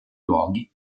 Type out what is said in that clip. luoghi